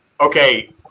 okay